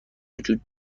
وجود